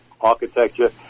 architecture